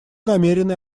намерены